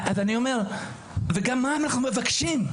גם מה אנחנו מבקשים?